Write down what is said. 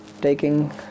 taking